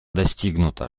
достигнуто